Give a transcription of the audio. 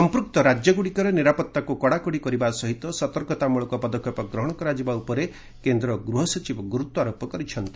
ସଂପୂକ୍ତ ରାଜ୍ୟଗୁଡ଼ିକରେ ନିରାପତ୍ତାକୁ କଡ଼ାକଡ଼ି କରିବା ସହିତ ସତର୍କତାମୂଳକ ପଦକ୍ଷେପ ଗ୍ରହଣ କରାଯିବା ଉପରେ କେନ୍ଦ୍ର ଗୃହସଚିବ ଗୁରୁତ୍ୱ ଆରୋପ କରିଛନ୍ତି